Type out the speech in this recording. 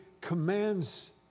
commands